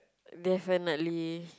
definitely